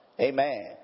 Amen